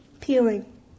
Peeling